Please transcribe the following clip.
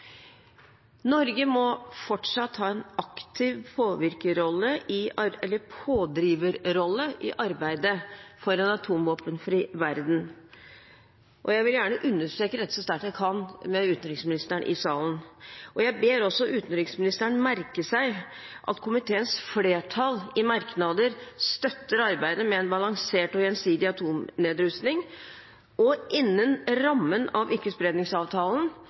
Norge må fortsatt ha en aktiv pådriverrolle i arbeidet for en atomvåpenfri verden. Jeg vil gjerne understreke dette så sterkt jeg kan med utenriksministeren i salen. Jeg ber også utenriksministeren merke seg at komiteens flertall i merknader støtter arbeidet med en balansert og gjensidig atomnedrustning innen rammen av Ikkespredningsavtalen,